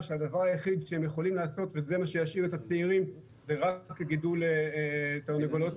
שמעודדים יציאה לאזורי גידול חדשים